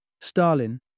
Stalin